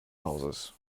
hauses